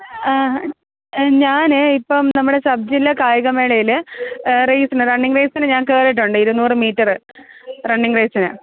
ഞാൻ ഇപ്പോൾ നമ്മുടെ സബ് ജില്ല കായികമേളയിൽ റെയ്സിന് റണ്ണിങ് റേയ്സിന് ഞാൻ കയറിയിട്ടുണ്ട് ഇരുന്നൂറ് മീറ്ററ് റണ്ണിങ് റേയ്സിന്